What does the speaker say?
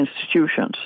institutions